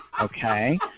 Okay